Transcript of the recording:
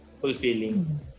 fulfilling